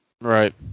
Right